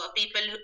people